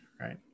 Right